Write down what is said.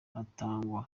hatangwa